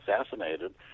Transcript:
assassinated